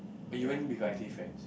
you went with your I_T friend